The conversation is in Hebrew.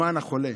למען החולה,